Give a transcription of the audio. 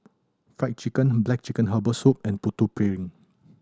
Fried Chicken black chicken herbal soup and Putu Piring